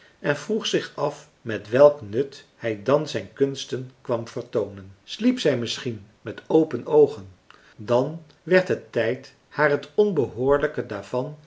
en vroeg zich af met welk nut hij dan zijn kunsten kwam vertoonen sliep zij misschien met open oogen dan werd het tijd haar het onbehoorlijke daarvan